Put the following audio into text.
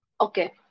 Okay